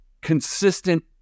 consistent